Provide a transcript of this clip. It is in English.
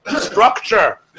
Structure